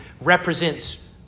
represents